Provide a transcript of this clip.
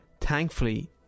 thankfully